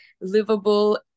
livable